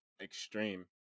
extreme